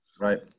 Right